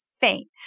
faint